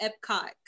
epcot